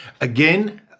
again